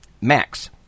Max